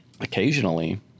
Occasionally